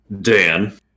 Dan